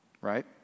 right